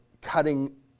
cutting